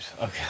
Okay